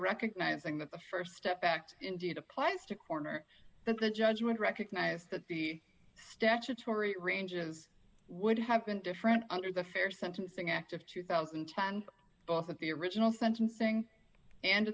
recognizing that the st step act indeed applies to corner the judgment recognize that the statutory ranges would have been different under the fair sentencing act of two thousand and ten both of the original sentencing and